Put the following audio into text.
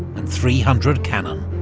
and three hundred cannon.